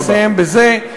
אני מסיים בזה.